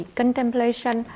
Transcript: contemplation